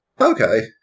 Okay